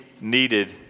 needed